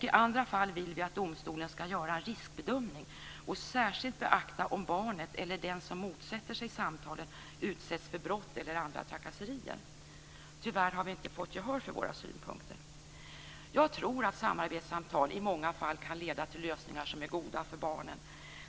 I andra fall vill vi att domstolen skall göra en riskbedömning och särskilt beakta om barnet eller den som motsätter sig samtalen utsätts för brott eller andra trakasserier. Tyvärr har vi inte fått gehör för våra synpunkter. Jag tror att samarbetssamtal i många fall kan leda till lösningar som är goda för barnen.